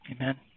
amen